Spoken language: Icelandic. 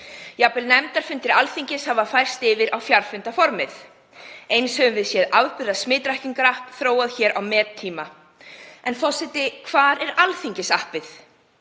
Jafnvel nefndarfundir Alþingis hafa færst yfir á fjarfundaformið. Eins höfum við séð afburða smitrakningarapp þróað hér á mettíma. En hvar er Alþingisappið?